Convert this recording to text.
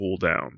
cooldown